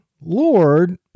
Lord